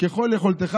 ככל יכולתך.